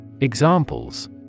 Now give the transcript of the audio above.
Examples